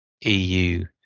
EU